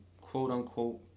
quote-unquote